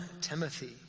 Timothy